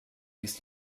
ließ